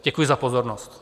Děkuji za pozornost.